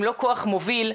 אם לא כוח מוביל,